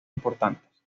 importantes